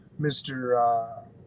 Mr